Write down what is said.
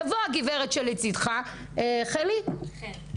תבוא הגברת שלצידך, חן,